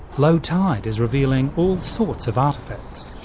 low tide is revealing all sorts of artefacts.